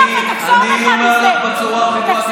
אני אומר לך בצורה הכי ברורה,